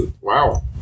wow